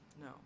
No